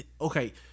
Okay